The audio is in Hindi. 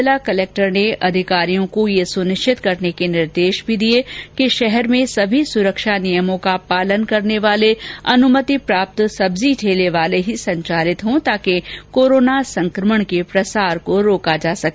जिला कलक्टर ने अधिकारियों को यह सुनिश्चित करने के भी निर्देश दिए कि शहर में सभी सुरक्षा नियमों का पालन करने वाले अनुमति प्राप्त सब्जी ठेलेवाले ही संचालित हों ताकि कोरोना संक्रमण के प्रसार को रोका जा सके